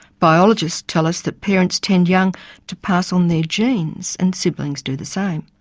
biologists tell us that parents tend young to pass on their genes and siblings do the same.